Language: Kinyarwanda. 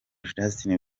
justin